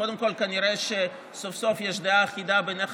קודם כול, כנראה שסוף-סוף יש דעה אחידה בינך